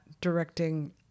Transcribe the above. directing